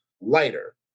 lighter